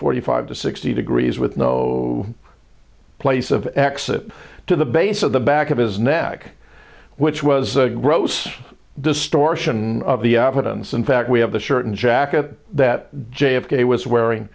forty five to sixty degrees with no place of exit to the base of the back of his neck which was a gross distortion of the evidence in fact we have the shirt and jacket that j f k was wearing